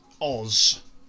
Oz